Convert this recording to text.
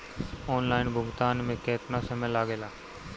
Online भुगतान में केतना समय लागेला?